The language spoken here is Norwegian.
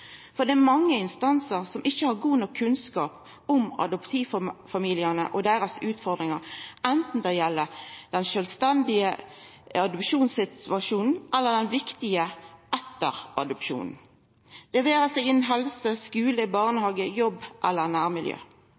For det er mange instansar som ikkje har god nok kunnskap om adoptivfamiliane og deira utfordringar, enten det gjeld sjølve adopsjonssituasjonen, eller det gjeld den viktige etter-adopsjonssituasjonen – det vera seg innan helse, skule, barnehage, jobb eller nærmiljø.